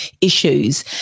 issues